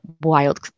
wild